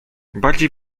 bardziej